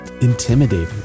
intimidating